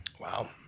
Wow